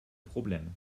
problème